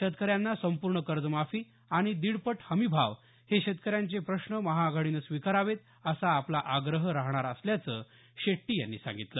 शेतकऱ्यांना संपूर्ण कर्जमाफी आणि दीडपट हमीभाव हे शेतकऱ्यांचे प्रश्न महाआघाडीने स्वीकारावेत असा आपला आग्रह राहणार असल्याचं शेट्टी यांनी सांगितलं